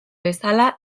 bezala